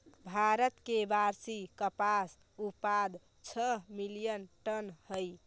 भारत के वार्षिक कपास उत्पाद छः मिलियन टन हई